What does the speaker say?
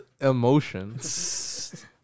Emotions